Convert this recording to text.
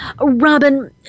Robin